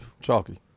Chalky